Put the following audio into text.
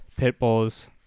Pitbulls